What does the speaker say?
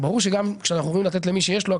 הרי ברור שגם כשאנחנו אומרים לתת למי שיש לו,